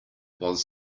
was